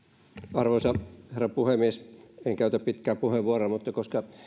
arvoisa herra puhemies en käytä pitkää puheenvuoroa mutta koska